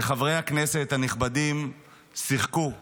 וחברי הכנסת הנכבדים שיחקו מולה,